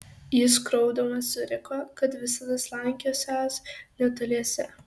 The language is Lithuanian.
jis kraupdamas suriko kad visada slankiosiąs netoliese